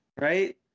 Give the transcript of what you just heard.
right